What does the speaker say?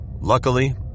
Luckily